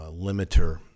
limiter